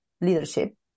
leadership